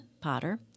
Potter